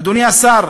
אדוני השר,